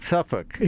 Suffolk